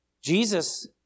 Jesus